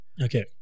Okay